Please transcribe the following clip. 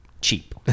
cheap